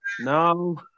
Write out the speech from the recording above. no